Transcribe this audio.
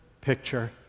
picture